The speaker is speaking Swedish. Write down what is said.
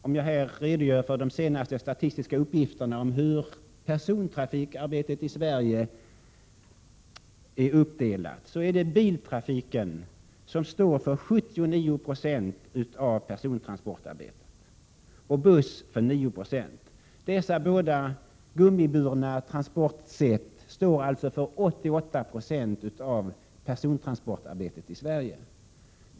Låt mig här redogöra för de senaste statistiska uppgifterna om hur persontrafikarbetet i Sverige är uppdelat: Biltrafiken står för 79 26 av persontransportarbetet och busstrafiken för 9 26. Dessa båda gummiburna transportmedel står alltså för 88 96 av persontransportarbetet i Sverige.